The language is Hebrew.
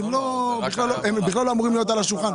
שבכלל לא אמורים להיות על השולחן.